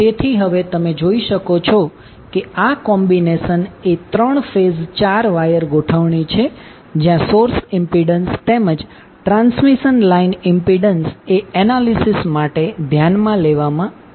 તેથી હવે તમે જોઈ શકો છો કે આ કોમ્બિનેશન એ 3 ફેઝ 4 વાયર ગોઠવણી છે જ્યાં સોર્સ ઇમ્પિડન્સ તેમજ ટ્રાન્સમિશન લાઇન ઇમ્પિડન્સ એ એનાલિસિસ માટે ધ્યાનમા લેવામાં આવે છે